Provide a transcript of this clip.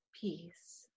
peace